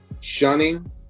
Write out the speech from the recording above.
shunning